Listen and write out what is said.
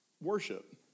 Worship